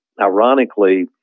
ironically